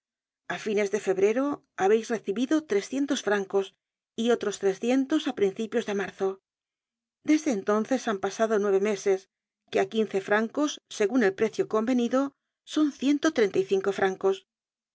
á fines de febrero habeis recibido trescientos francos y otros trescientos á principios de marzo desde entonces han pasado nueve meses que á quince francos segun el precio convenido son ciento treinta y cinco francos